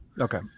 Okay